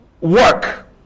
work